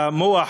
והמוח,